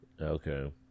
Okay